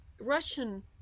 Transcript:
Russian